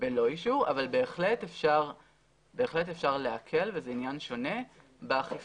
בלא אישור אבל בהחלט אפשר להקל וזה עניין שונה באכיפה.